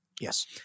Yes